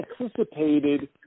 anticipated